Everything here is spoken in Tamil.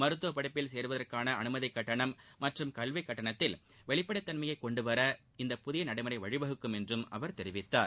மருத்துவப்படிப்பில் சேருவதற்கான அனுமதி கட்டணம் மற்றும் கல்விக்கட்டணத்தில் வெளிப்படைத்தன்மையை கொண்டுவர இந்த புதிய நடைமுறை வழிவகுக்கும் என்றும் அவர் தெரிவித்தார்